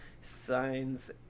signs